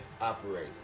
operate